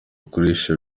akoresha